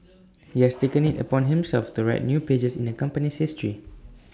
he has taken IT upon himself to write new pages in the company's history